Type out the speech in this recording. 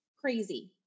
crazy